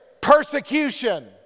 persecution